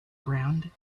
ground